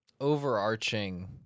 overarching